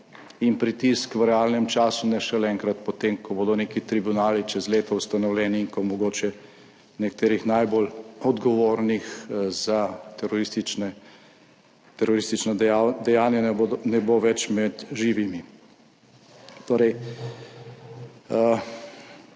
in pritisk v realnem času, ne šele enkrat po tem, ko bodo neki tribunali čez leto ustanovljeni in ko mogoče nekaterih najbolj odgovornih za teroristična dejanja ne bo več med živimi.